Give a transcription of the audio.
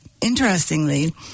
interestingly